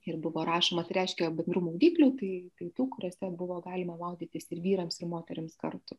ir buvo rašoma tai reiškia bendrų maudyklių tai tai tų kuriose buvo galima maudytis ir vyrams ir moterims kartu